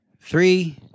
three